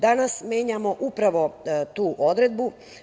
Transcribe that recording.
Danas menjamo upravo tu odredbu.